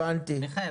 הבנתי.